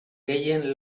gehien